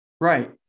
Right